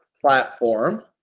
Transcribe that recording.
platform